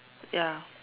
ya